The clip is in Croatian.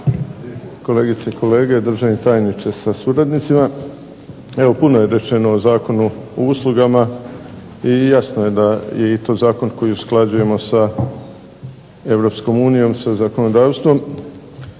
kolegice i kolege, državni tajniče sa suradnicima. Evo puno je rečeno o Zakonu o uslugama i jasno je da je i to zakon koji usklađujemo sa Europskom unijom, sa zakonodavstvom.